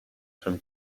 from